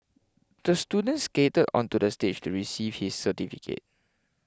the student skated onto the stage to receive his certificate